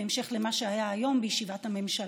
בהמשך למה שהיה היום בישיבת הממשלה.